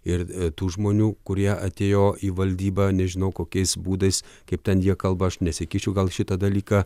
ir tų žmonių kurie atėjo į valdybą nežinau kokiais būdais kaip ten jie kalba aš nesikišiu gal į šitą dalyką